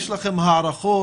יש לכם הערכות?